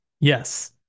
Yes